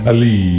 Ali